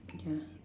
ya